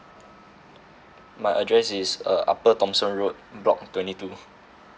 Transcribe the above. my address is uh upper thomson road block twenty two